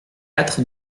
quatre